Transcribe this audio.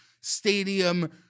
stadium